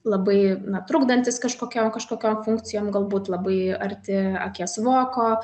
labai na trukdantis kažkokiom kažkokiom funkcijom galbūt labai arti akies voko